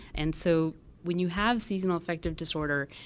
and so when you have seasonal affective disorder,